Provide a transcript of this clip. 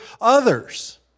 others